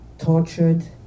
tortured